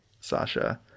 Sasha